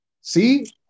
See